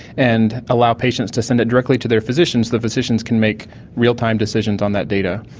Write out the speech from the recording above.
and allow patients to send it directly to their physicians. the physicians can make real-time decisions on that data.